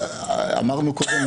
אמרנו קודם